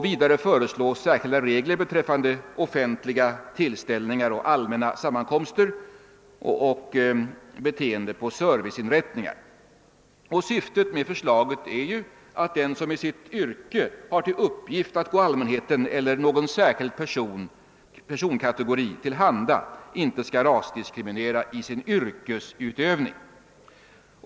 Vidare föreslås särskilda regler beträffande offentliga tillställningar, allmänna sammankomster och beteende på serviceinrättningar. Syftet med förslaget är att den som i sitt yrke har till uppgift att gå allmän heten eller någon särskild personkategori till handa inte skall rasdiskriminera i sin yrkesutövning.